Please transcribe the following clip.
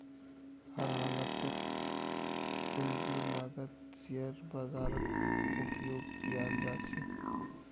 हर हालतत पूंजीर लागतक शेयर बाजारत उपयोग कियाल जा छे